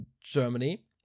Germany